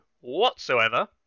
whatsoever